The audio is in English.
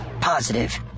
Positive